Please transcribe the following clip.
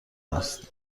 است